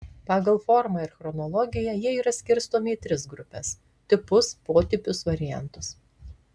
pagal formą ir chronologiją jie yra skirstomi į tris grupes tipus potipius variantus